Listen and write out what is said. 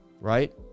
right